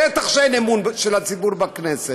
בטח שאין אמון של הציבור בכנסת,